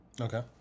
Okay